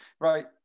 Right